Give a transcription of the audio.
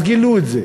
אז גילו את זה.